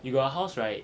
you got a house right